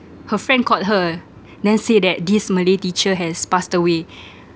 her friend called her then say that this malay teacher has passed away